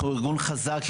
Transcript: אנחנו ארגון חזק,